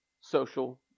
social